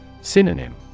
Synonym